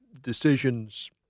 decisions